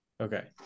Okay